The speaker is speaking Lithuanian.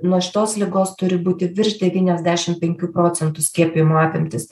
nuo šitos ligos turi būti virš devyniasdešim penkių procentų skiepijimo apimtys